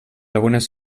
algunes